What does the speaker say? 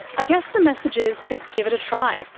i guess the message is to give it a try,